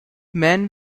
man